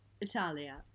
Italia